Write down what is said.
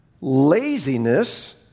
laziness